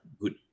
good